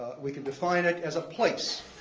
we can define it as a place.